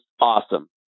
awesome